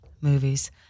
movies